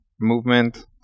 movement